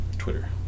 Twitter